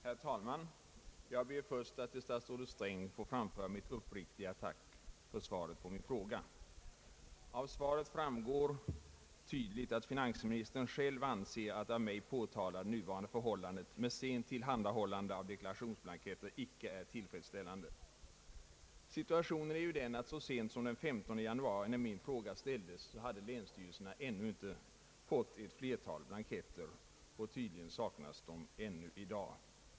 Herr talman! Jag ber först att till statsrådet Sträng få framföra mitt uppriktiga tack för svaret på min fråga. Av svaret framgår tydligt att finansministern själv anser att det av mig påtalade nuvarande förhållandet med sent tillhandahållande av deklarationsblanketter icke är tillfredsställande. Situationen är den att så sent som den 15 januari, då min fråga ställdes, hade länsstyrelserna ännu inte fått alla blanketter — det saknades ett flertal — och de saknas tydligen ännu i dag.